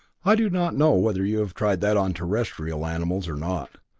i do not know whether you have tried that on terrestrial animals or not.